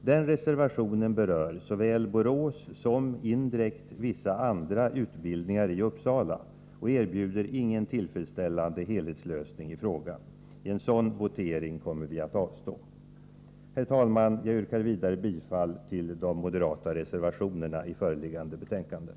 Den reservationen berör såväl Borås som indirekt vissa andra utbildningar i Uppsala än den jag talat om och erbjuder ingen tillfredsställande helhetslösning i frågan. I en sådan votering kommer vi att avstå. Herr talman! Jag yrkar bifall till de moderata reservationerna i föreliggande betänkanden.